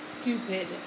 stupid